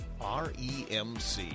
REMC